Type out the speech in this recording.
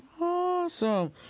awesome